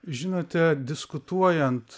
žinote diskutuojant